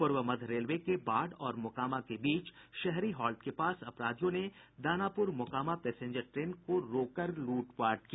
पूर्व मध्य रेलवे के बाढ़ और मोकामा के बीच शहरी हॉल्ट के पास अपराधियों ने दानापुर मोकामा पैसेंजन ट्रेन को रोक कर लूटपाट की